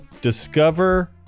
discover